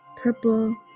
purple